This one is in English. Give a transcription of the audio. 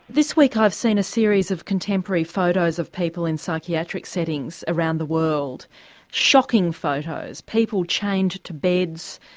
this week ah i've seen a series of contemporary photos of people in psychiatric settings around the world shocking photos, people chained to beds,